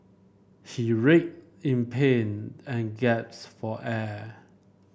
he in pain and gasped for air